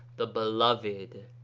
the beloved.